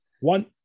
one